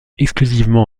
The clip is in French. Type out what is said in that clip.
exclusivement